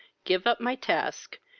give up my task,